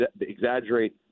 exaggerate